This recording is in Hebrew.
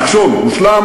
המכשול הושלם.